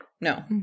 No